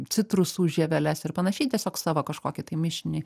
citrusų žieveles ir panašiai tiesiog savo kažkokį tai mišinį